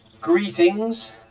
Greetings